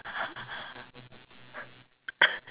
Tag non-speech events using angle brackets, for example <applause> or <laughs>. <laughs> <coughs>